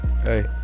Hey